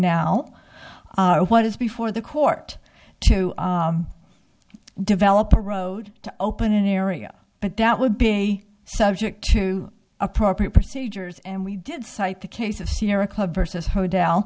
now what is before the court to develop a road to open an area but that would be subject to appropriate procedures and we did cite the case of sierra club versus hotel